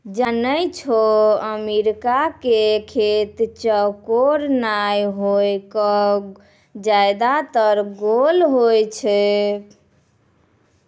जानै छौ अमेरिका के खेत चौकोर नाय होय कॅ ज्यादातर गोल होय छै